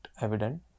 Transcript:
evident